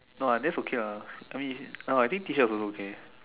no lah that's okay lah I mean I think T-shirt also okay